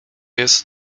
jest